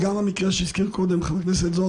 רוצה להיות רגועה ולא לחשוש שמחר יבוא יועץ משפטי אחר,